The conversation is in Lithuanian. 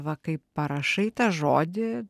va kai parašai tą žodį